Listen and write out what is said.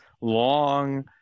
long